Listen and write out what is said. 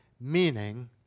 meaning